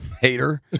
Hater